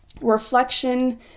Reflection